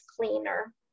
cleaner